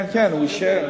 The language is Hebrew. כן, אם אפשר.